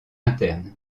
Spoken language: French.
interne